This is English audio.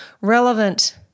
relevant